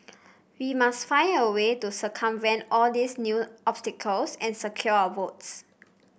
we must find a way to circumvent all these new obstacles and secure our votes